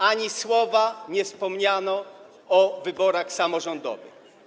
Ani słowem nie wspomniano o wyborach samorządowych.